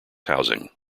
housing